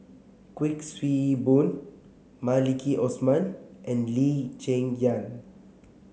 Kuik Swee Boon Maliki Osman and Lee Cheng Yan